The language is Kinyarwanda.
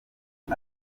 ati